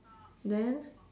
then